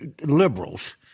liberals